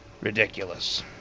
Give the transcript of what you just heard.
Ridiculous